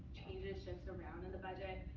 changes, shifts around in the budget.